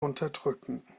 unterdrücken